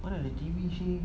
what are the T_V show